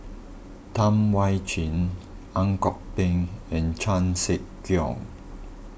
Tam Wai Jia Ang Kok Peng and Chan Sek Keong